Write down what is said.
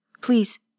Please